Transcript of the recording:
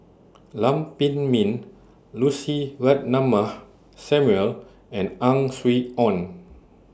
Lam Pin Min Lucy Ratnammah Samuel and Ang Swee Aun